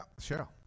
Cheryl